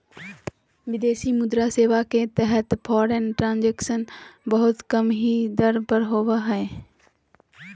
विदेशी मुद्रा सेवा के तहत फॉरेन ट्रांजक्शन बहुत ही कम दर पर होवो हय